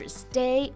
stay